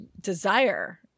desire